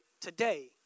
today